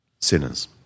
sinners